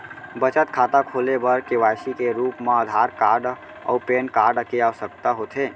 बचत खाता खोले बर के.वाइ.सी के रूप मा आधार कार्ड अऊ पैन कार्ड के आवसकता होथे